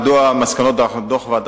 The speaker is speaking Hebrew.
ביום ט"ו בכסלו התש"ע (2 בדצמבר 2009): לפני כשנה לערך הגיש